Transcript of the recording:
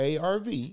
ARV